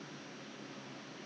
ya lah I mean at that time